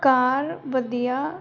ਕਾਰ ਵਧੀਆ